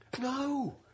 No